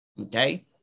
okay